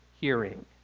hearing